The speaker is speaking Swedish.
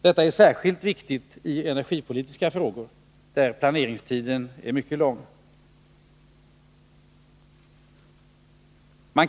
Detta är särskilt viktigt i energipolitiska frågor där planeringstiden är mycket lång.